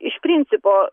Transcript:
iš principo